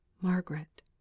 Margaret